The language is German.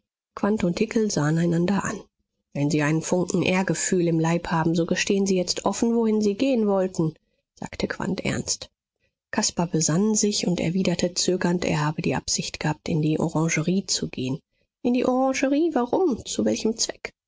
und hickel sahen einander an wenn sie einen funken ehrgefühl im leib haben so gestehen sie jetzt offen wohin sie gehen wollten sagte quandt ernst caspar besann sich und erwiderte zögernd er habe die absicht gehabt in die orangerie zu gehen in die orangerie warum zu welchem zweck